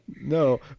No